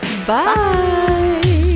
Bye